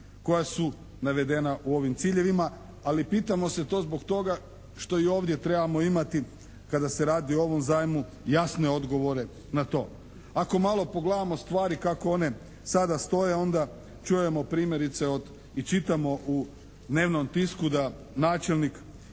koja su navedena u ovim ciljevima. Ali pitamo se to zbog toga što i ovdje trebamo imati kada se radi o ovom zajmu jasne odgovore na to. Ako malo pogledamo stvari kako one sada stoje onda čujemo primjerice i čitamo u dnevnom tisku da načelnik